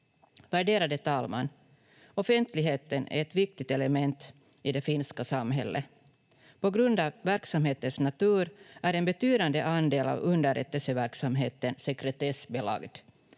Värderade talman! Offentligheten är ett viktigt element i det finska samhället. På grund av verksamhetens natur är en betydande andel av underrättelseverksamheten sekretessbelagd.